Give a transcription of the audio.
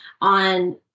on